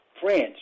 Friends